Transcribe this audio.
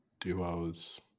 duos